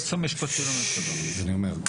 אני אומר,